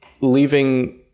leaving